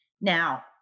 Now